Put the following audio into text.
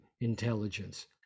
intelligence